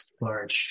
large